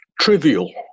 trivial